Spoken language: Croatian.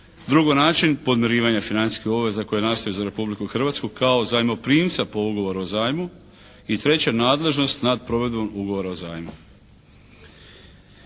drugo način podmirivanja financijskih obveza koje nastaju za Republiku Hrvatsku kao zajmoprimca po Ugovoru o zajmu i treće nadležnost nad provedbom Ugovora o zajmu.